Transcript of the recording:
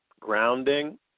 grounding